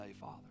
Father